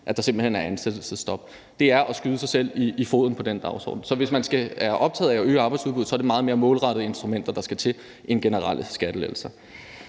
der simpelt hen er et ansættelsesstop, og det er at skyde sig selv i foden med den dagsorden. Så hvis man er optaget af at øge arbejdsudbuddet, er det nogle meget mere målrettede instrumenter, der skal til, end generelle skattelettelser.